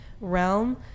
realm